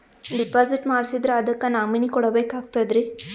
Deposit ಮಾಡ್ಸಿದ್ರ ಅದಕ್ಕ nominee ಕೊಡಬೇಕಾಗ್ತದ್ರಿ?